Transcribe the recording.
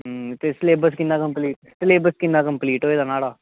ते सलेबस किन्ना कंप्लीट ते सलेबस किन्ना कंप्लीट होए दा नुहाड़ा